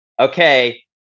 Okay